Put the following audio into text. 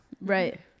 Right